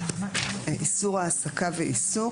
איסור העסקה ועיסוק.